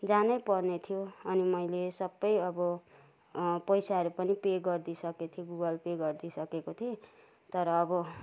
जानै पर्ने थियो अनि मैले सबै अब पैसाहरू पनि पे गरिदिइसकेको थिएँ गुगल पे गरिदिइ सकेको थिएँ तर अब